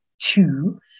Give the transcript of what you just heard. two